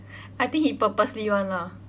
I think he purposely [one] lah